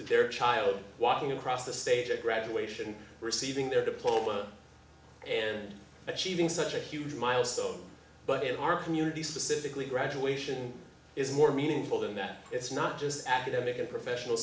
child walking across the stage at graduation receiving their diploma and achieving such a huge milestone but in our community specifically graduation is more meaningful than that it's not just academic and professional